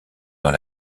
dans